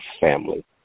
family